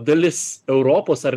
dalis europos ar